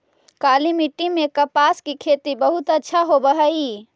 काली मिट्टी में कपास की खेती बहुत अच्छा होवअ हई